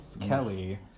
Kelly